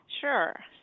Sure